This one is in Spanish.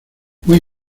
muy